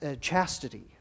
chastity